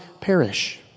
perish